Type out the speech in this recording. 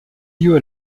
lieues